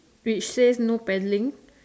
which says no paddling